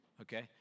Okay